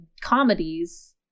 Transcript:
comedies